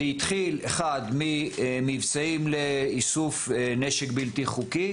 זה התחיל, אחד, ממבצעים לאיסוף נשק בלתי חוקי.